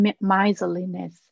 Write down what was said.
miserliness